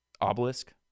obelisk